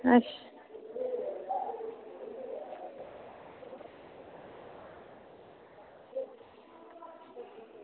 अच्छा